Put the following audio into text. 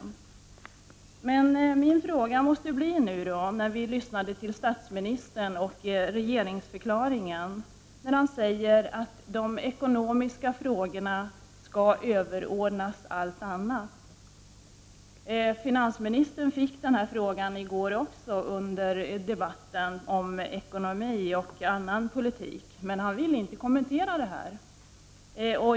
En ansvarsfull hushållning med naturresurser är ett villkor för en god ekonomisk utveckling.” Min fråga blir nu hur vi skall tolka statsministern när han i regeringsförklaringen säger att de ekonomiska frågorna skall överordnas allt annat. Finansministern fick den frågan i går under debatten om ekonomi och annan politik, men han ville inte kommentera den.